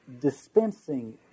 dispensing